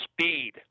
speed